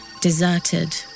deserted